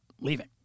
leaving